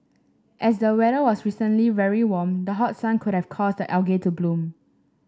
as the weather was recently very warm the hot sun could have caused the algae to bloom